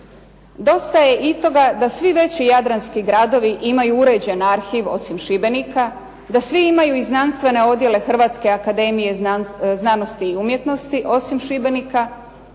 Dosta je i toga da svi veći jadranski gradovi imaju uređen arhiv osim Šibenika, da svi imaju i znanstvene odjele Hrvatske akademije znanosti i umjetnosti osim Šibenika,